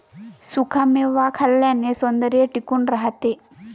सुखा मेवा खाल्ल्याने सौंदर्य टिकून राहते